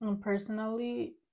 personally